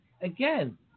Again